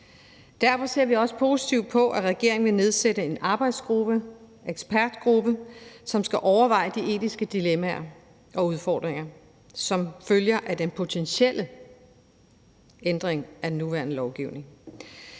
Derfor ser vi også positivt på, at regeringen vil nedsætte en arbejdsgruppe, en ekspertgruppe, som skal overveje de etiske dilemmaer og udfordringer, som følger af den potentielle ændring af den nuværende lovgivning.